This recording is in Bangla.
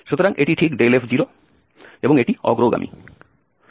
সুতরাং এটি ঠিক f0 এবং এটি অগ্রগামী